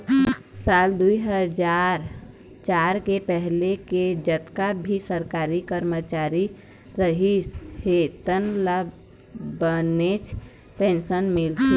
साल दुई हजार चार के पहिली के जतका भी सरकारी करमचारी रहिस हे तेन ल बनेच पेंशन मिलथे